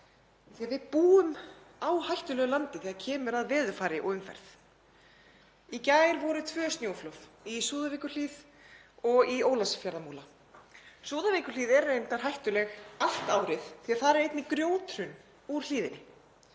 að við búum á hættulegu landi þegar kemur að veðurfari og umferð. Í gær féllu tvö snjóflóð, í Súðavíkurhlíð og í Ólafsfjarðarmúla. Súðavíkurhlíð er reyndar hættuleg allt árið því að þar er einnig grjóthrun úr hlíðinni.